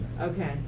Okay